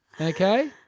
Okay